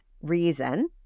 reason